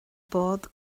bord